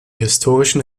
historischen